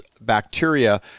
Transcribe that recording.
bacteria